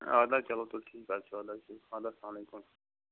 اَدٕ حظ چلو تُل ٹھیٖک حظ چھُ اَدٕ حظ اَدٕ حظ اسلام علیکُم